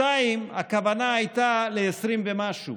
2 הכוונה הייתה ל-20 ומשהו.